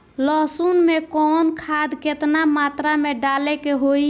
लहसुन में कवन खाद केतना मात्रा में डाले के होई?